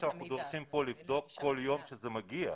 דורשים כאן לבדוק כל יום שזה מגיע.